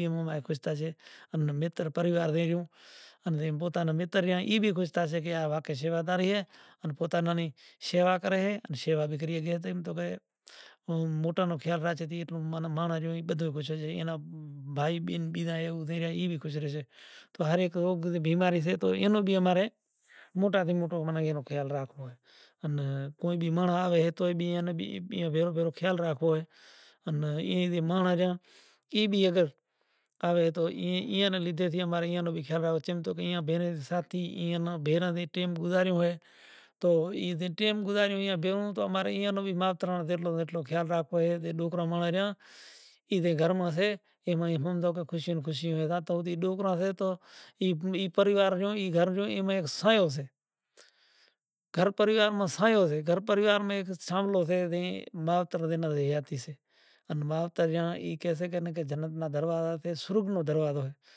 مانڑو زے دھرم کریو ای کرتوے سے کرتوے زے کناں ہوں نوکر سوں زے کناں ہوں ریو سوں زے نیں ماں نیں خرید کریو سے ای ماں رو مالک سے ای کہیسے خرید کر تو ای ماں رو فرض بنڑے گیو۔ آن فرض ماں نے فرض ماں کو کوتاہی نہیں کروں، تمیں مناں دکھشنا آلشو تو موں مانڑا ناں ہڑگائیس نکے نہیں ہڑگاواں پسے تاراڈے شوں کرے سے پوتانوں وائلو ہوسے ای وائلو پھاڑے ان راجا ہریچند ناں آلے سے اے راجا ہریچند ہوے آلو تمای دکھشنڑا ہوے مڑو نے ہڑگاوو۔